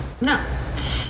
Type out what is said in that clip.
No